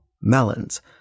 melons